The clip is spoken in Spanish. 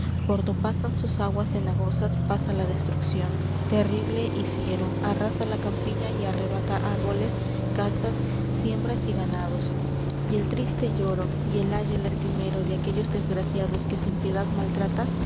do pasan sus aguas cenagosas pasa la destrucción terrible y fiero arrasa la c a m p i ñ a y arrebata árboles casas siembras y ganados y el triste lloro y el aye lastimero de aquellos desgraciados que sin piedad maltrata